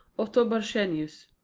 otto borchsenius.